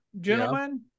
gentlemen